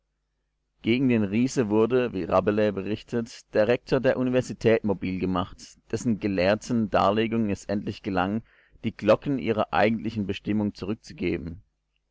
gegen den riesen wurde wie rabelais berichtet der rektor der universität mobil gemacht dessen gelehrten darlegungen es endlich gelang die glocken ihrer eigentlichen bestimmung zurückzugeben